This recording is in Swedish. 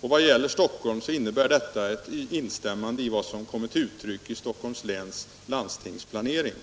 När det gäller Stockholm innebär detta ett instämmande i det som kommit till uttryck i Stockholms läns landstings planering.